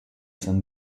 san